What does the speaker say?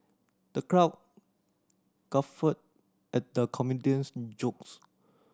the crowd guffawed at the comedian's jokes